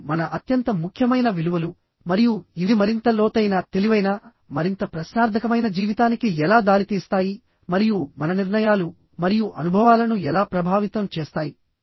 మరియు మన అత్యంత ముఖ్యమైన విలువలు మరియు ఇవి మరింత లోతైన తెలివైన మరింత ప్రశ్నార్థకమైన జీవితానికి ఎలా దారితీస్తాయి మరియు మన నిర్ణయాలు మరియు అనుభవాలను ఎలా ప్రభావితం చేస్తాయి